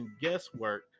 guesswork